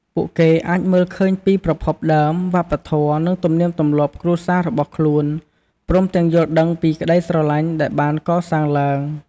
ពួកគេអាចមើលឃើញពីប្រភពដើម វប្បធម៌ និងទំនៀមទម្លាប់គ្រួសាររបស់ខ្លួន ព្រមទាំងយល់ដឹងពីក្តីស្រឡាញ់ដែលបានកសាងឡើង។